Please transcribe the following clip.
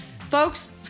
Folks